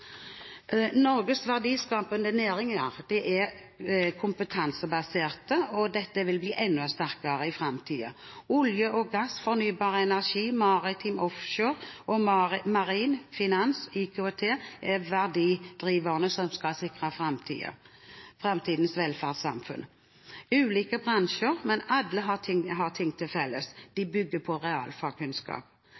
Norges verdiskapende næringer er kompetansebaserte, og dette vil bli enda sterkere i framtiden. Olje og gass, fornybar energi, maritim/offshore og marin, finans og IKT er verdidriverne som skal sikre framtidens velferdssamfunn. Dette er ulike bransjer, men alle har én ting felles – de bygger på realfagskunnskap. Denne regjeringen prioriterer: Regjeringen foreslår 50 mill. kr til